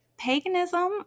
Paganism